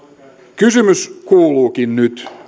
kysymys kuuluukin nyt